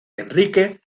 enrique